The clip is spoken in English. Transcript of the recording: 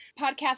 podcast